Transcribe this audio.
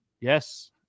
Yes